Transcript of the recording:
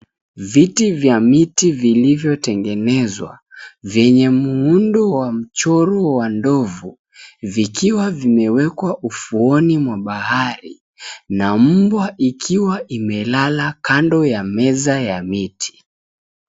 Viti vya miti vilivyotengenezwa ,vyenye muundo wa mchoro wa ndovu, vikiwa vimewekwa ufuoni mwa bahari na mbwa ikiwa imelala kando ya meza ya miti.